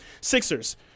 Sixers